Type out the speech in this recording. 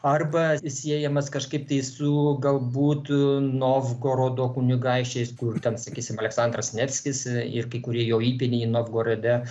arba siejamas kažkaip tai su galbūt novgorodo kunigaikščiais kur ten sakysim aleksandras nevskis ir kai kurie jo įpėdiniai novgorode